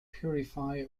purify